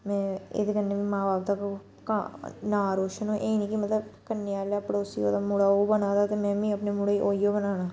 में एह्दे कन्नै मां बब्ब दा नांऽ रोशन होए एह् नीं कि मतलब कन्नै आह्ला पड़ोसी ओह्दा मुड़ा ओह् बना दा ते मै मी अपने मुड़े गी ओह् इयो बनाना